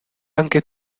anche